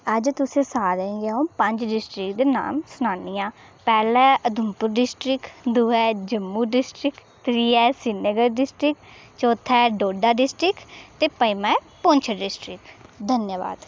अज्ज तुसें सारें गी अ'ऊं पंज डिस्ट्रिक्ट दे नांऽ सनान्नी आं पैह्ला ऐ उधमपुर डिस्ट्रिक्ट दूआ ऐ जम्मू डिस्ट्रिक्ट त्रीया ऐ श्रीनगर डिस्ट्रिक्ट चौथा ऐ डोडा डिस्ट्रिक्ट ते पञमां ऐ पुंछ डिस्ट्रिक्ट धन्नवाद